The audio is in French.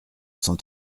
cent